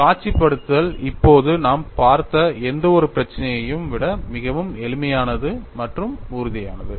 காட்சிப் படுத்தல் இப்போது நாம் பார்த்த எந்தவொரு பிரச்சினையையும் விட மிகவும் எளிமையானது மற்றும் உறுதியானது